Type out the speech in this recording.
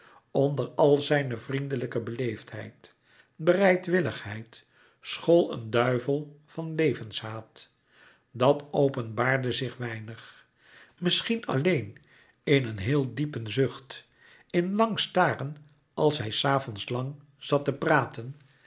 onder al zijne vriendelijke beleefdheid bereidwilligheid school een duivel van levenshaat dat openbaarde zich weinig misschien alleen in een heel diepe zucht in lang staren als hij s avonds lang zat te praten